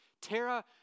Tara